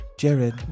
Jared